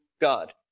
God